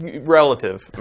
relative